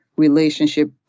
relationship